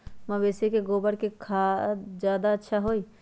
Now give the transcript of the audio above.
मवेसी के गोबर के खाद ज्यादा अच्छा होई?